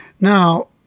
Now